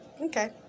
okay